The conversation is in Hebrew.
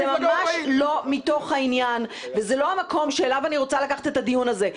זה ממש לא מתוך העניין וזה לא המקום שאליו אני רוצה לקחת את הדיון הזה.